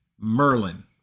Merlin